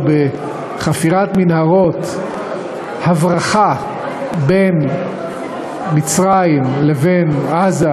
בחפירת מנהרות הברחה בין מצרים לבין עזה,